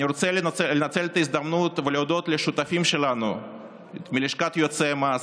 אני רוצה לנצל את ההזדמנות ולהודות לשותפים שלנו מלשכת יועצי המס,